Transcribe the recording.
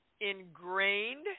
ingrained